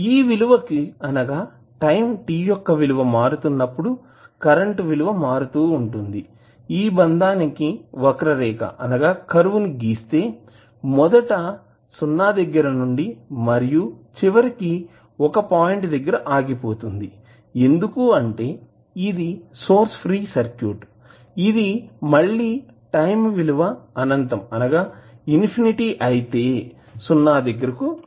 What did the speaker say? ఈ విలువకి అనగా టైం t యొక్క విలువ మారుతున్నప్పుడు కరెంటు విలువ మారుతుంది ఈ బంధానికి వక్రరేఖ కర్వ్curve ని గీస్తే మొదట సున్నా దగ్గర ఉండి మరియు చివరికి ఒక పాయింట్ దగ్గర ఆగిపోతుంది ఎందుకంటే ఇది సోర్స్ ఫ్రీ సర్క్యూట్ ఇది మళ్ళీ టైం విలువ అనంతం ఇన్ఫినిటీ infinity అయితే సున్నా దగ్గరకు వస్తుంది